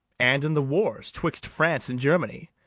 and in the wars twixt france and germany,